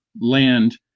land